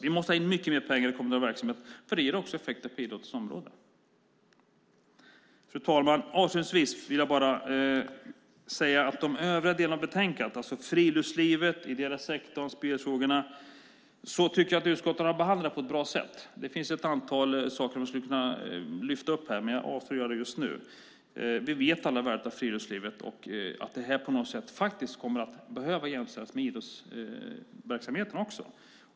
Vi måste ha in mycket mer pengar i den kommunala verksamheten, för det ger också effekter på idrottsområdet. Fru talman! Avslutningsvis tycker jag att utskottet har behandlat de övriga delarna som tas upp i betänkandet om friluftslivet, den ideella sektorn och spelfrågorna på ett bra sätt. Det finns ett antal saker som jag skulle kunna lyfta upp här, men jag avstår från att göra det just nu. Vi vet alla värdet av friluftslivet och att det kommer att behöva jämställas med idrottsverksamheten.